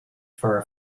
for